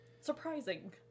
surprising